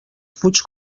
fuig